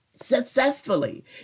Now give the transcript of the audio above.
successfully